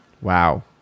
wow